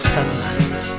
Sunlight